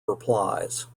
replies